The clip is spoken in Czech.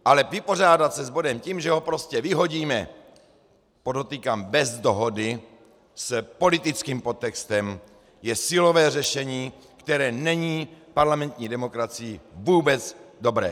Ale vypořádat se s bodem tím, že ho prostě vyhodíme, podotýkám bez dohody, s politickým podtextem, je silové řešení, které není v parlamentní demokracii vůbec dobré.